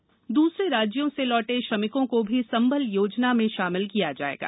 संबल योजना द्रसरे राज्यों से लौटे श्रमिकों को भी संबल योजना में शामिल किया जाएगा